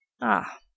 Ah